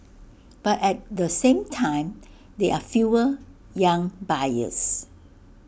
but at the same time there are fewer young buyers